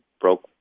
broke